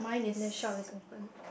the shop is open